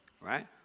Right